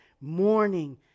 morning